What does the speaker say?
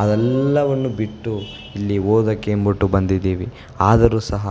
ಅದೆಲ್ಲವನ್ನು ಬಿಟ್ಟು ಇಲ್ಲಿ ಓದೋಕೆ ಅಂಬುಟ್ಟು ಬಂದಿದ್ದೀವಿ ಆದರೂ ಸಹ